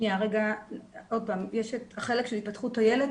יש החלק של התפתחות הילד,